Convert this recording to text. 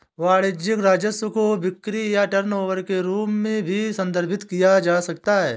वाणिज्यिक राजस्व को बिक्री या टर्नओवर के रूप में भी संदर्भित किया जा सकता है